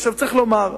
עכשיו צריך לומר,